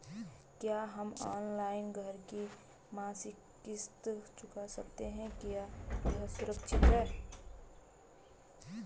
क्या हम ऑनलाइन घर की मासिक किश्त चुका सकते हैं क्या यह सुरक्षित है?